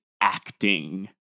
acting